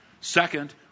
Second